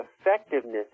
effectiveness